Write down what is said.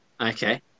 Okay